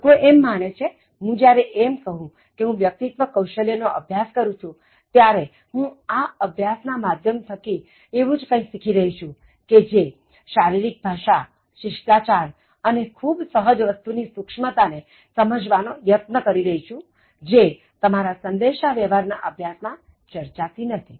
લોકો માને છે કે હું જ્યારે એમ કહુ કે હું વ્યક્તિત્વ કૌશલ્ય નો અભ્યાસ કરુ છું ત્યારે હું આ અભ્યાસ ના માધ્યમ થકી હું એવું કાંઈ શીખી રહી છુ કે જે શારીરિક ભાષા શિષ્ટાચાર અને ખૂબ સહજ વસ્તુ ની સૂક્ષ્મતા ને સમજવા નો પ્રયત્ન કરી રહી છું જે તમારા સંદેશા વ્યવહાર ના અભ્યાસ માં ચર્ચાતી નથી